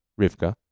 Rivka